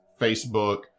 Facebook